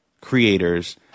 creators